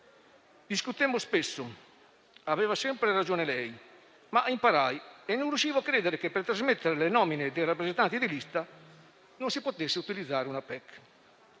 Discutemmo spesso: aveva sempre ragione lei, ma imparai; non riuscivo a credere che, per trasmettere le nomine dei rappresentanti di lista, non si potesse utilizzare una PEC.